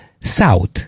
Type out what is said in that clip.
South